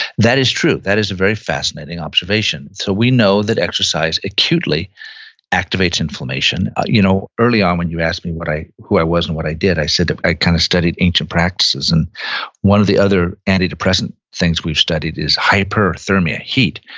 that is true, that is a very fascinating observation. so, we know that exercise acutely activates inflammation. you know early on when you asked me who i was and what i did, i said i kind of studied ancient practices, and one of the other antidepressant things we've studied is hyperthermia, heat,